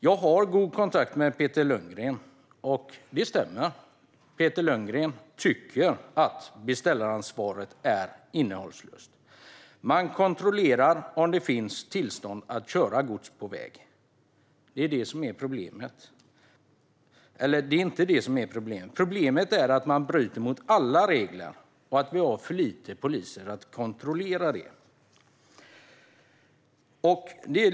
Jag har god kontakt med Peter Lundgren; det stämmer att han tycker att beställaransvaret är innehållslöst. Det kontrolleras om det finns tillstånd för att köra gods på väg. Det är inte det som är problemet. Problemet är att man bryter mot alla regler och att vi har för få poliser för att kontrollera det.